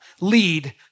lead